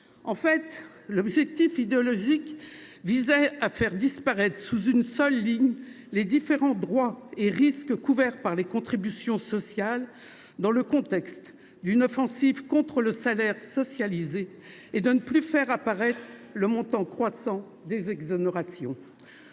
En fait, l’objectif idéologique visé était de rassembler sous une seule ligne les différents droits et risques couverts par les contributions sociales, dans le contexte d’une offensive contre le salaire socialisé, et de ne plus faire apparaître le montant croissant des exonérations.